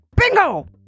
Bingo